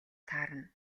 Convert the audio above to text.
таарна